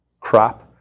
crap